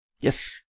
Yes